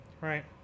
right